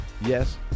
yes